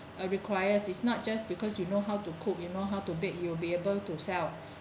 uh requires it's not just because you know how to cook you know how to bake you will be able to sell